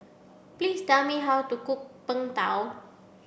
please tell me how to cook png tao